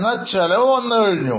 എന്നാൽ ചെലവ് വന്നുകഴിഞ്ഞു